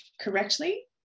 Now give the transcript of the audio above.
correctly